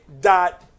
dot